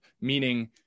meaning